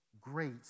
great